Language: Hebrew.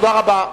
תודה רבה.